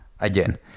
again